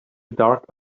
dark